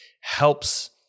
helps